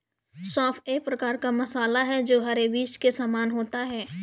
सौंफ एक प्रकार का मसाला है जो हरे बीज के समान होता है